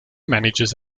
manages